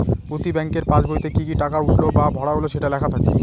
প্রতি ব্যাঙ্কের পাসবইতে কি কি টাকা উঠলো বা ভরা হল সেটা লেখা থাকে